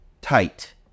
tight